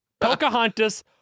Pocahontas